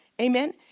Amen